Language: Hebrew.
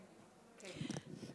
כן.